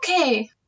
okay